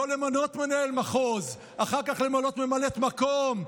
לא למנות מנהל מחוז, אחר כך למנות ממלאת מקום.